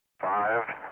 Five